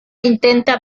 intenta